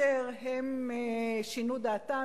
ששינו דעתם,